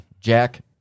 Jack